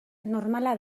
normala